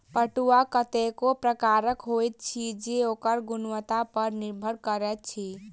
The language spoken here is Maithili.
पटुआ कतेको प्रकारक होइत अछि जे ओकर गुणवत्ता पर निर्भर करैत अछि